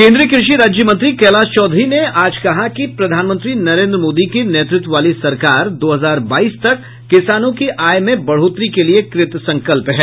केन्द्रीय कृषि राज्यमंत्री कैलाश चौधरी ने आज कहा कि प्रधानमंत्री नरेन्द्र मोदी की नेतृत्व वाली सरकार दो हजार बाईस तक किसानों की आय में बढ़ोतरी के लिये कृतसंकल्प है